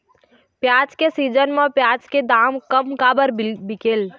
प्याज के सीजन म प्याज के दाम कम काबर बिकेल?